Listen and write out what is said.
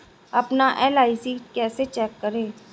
अपना एल.आई.सी कैसे चेक करें?